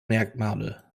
merkmale